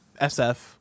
SF